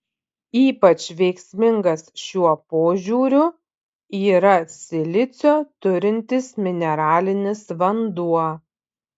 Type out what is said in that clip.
ypač veiksmingas šiuo požiūriu yra silicio turintis mineralinis vanduo